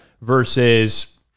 versus